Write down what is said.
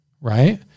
right